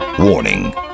Warning